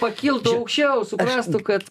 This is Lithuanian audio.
pakiltų aukščiau suprastų kad